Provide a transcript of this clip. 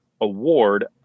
award